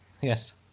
Yes